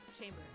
chamber